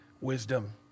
wisdom